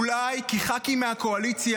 אולי כי ח"כים מהקואליציה,